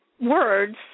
words